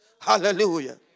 Hallelujah